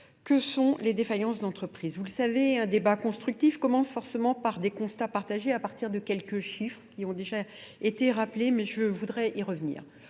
Que sont les défaillances d'entreprises ? Vous le savez, un débat constructif commence forcément par des constats partagés à partir de quelques chiffres qui ont déjà été rappelés, mais je voudrais y revenir.